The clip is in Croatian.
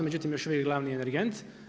Međutim, još uvijek je glavni energent.